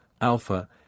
Alpha